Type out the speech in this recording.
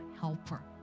helper